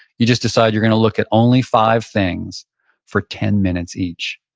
you just decide you're going to look at only five things for ten minutes each.